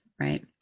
Right